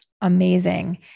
amazing